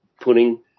putting